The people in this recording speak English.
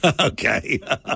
Okay